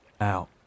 Out